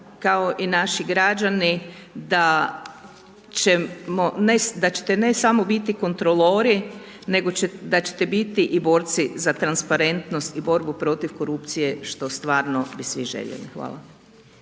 kao i naši građani, da ćete ne samo biti kontrolori, nego da ćete biti i borci za transparentnost i borbu protiv korupcije što stvarno bi svi željeli. Hvala.